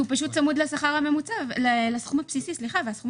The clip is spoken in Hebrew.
כי הוא פשוט צמוד לסכום הבסיסי והסכום